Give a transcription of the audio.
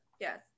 Yes